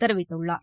தெரிவித்துள்ளார்